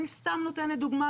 אני סתם נותנת דוגמה,